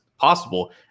possible